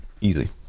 Easy